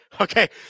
Okay